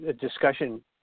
discussion